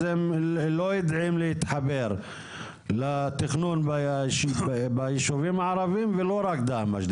אז הם לא יודעים להתחבר לתכנון ביישובים הערבים ולא רק דהמש,